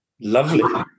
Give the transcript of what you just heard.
Lovely